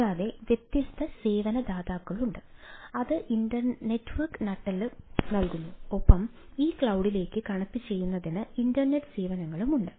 കൂടാതെ വ്യത്യസ്ത സേവന ദാതാക്കളുണ്ട് അത് നെറ്റ്വർക്ക് നട്ടെല്ല് നൽകുന്നു ഒപ്പം ഈ ക്ലൌഡിലേക്ക് കണക്റ്റുചെയ്യുന്നതിന് ഇന്റർനെറ്റ് സേവനങ്ങളുമുണ്ട്